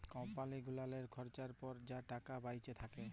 কম্পালি গুলালের খরচার পর যা টাকা বাঁইচে থ্যাকে